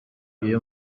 iyo